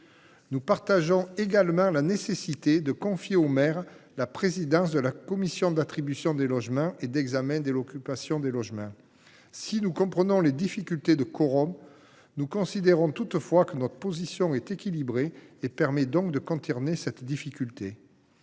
Nous partageons également l’idée qu’il est nécessaire de confier au maire la présidence de la commission d’attribution des logements et d’examen de l’occupation des logements. Si nous comprenons les difficultés de quorum, nous considérons que notre position est équilibrée et permet de les contourner. Notre groupe